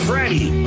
Freddie